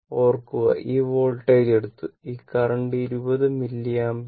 ഓർക്കുക ഈ വോൾട്ടേജ് എടുത്തു ഈ കറന്റ് 20 മില്ലി ആമ്പിയർ